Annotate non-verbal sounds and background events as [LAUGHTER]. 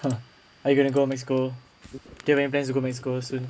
[LAUGHS] are you gonna go mexico do you have any plans to go mexico soon